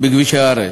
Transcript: בכבישי הארץ.